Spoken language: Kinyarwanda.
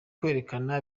kwerekana